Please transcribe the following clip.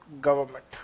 government